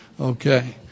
Okay